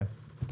כן.